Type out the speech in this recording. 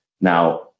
Now